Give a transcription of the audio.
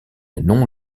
non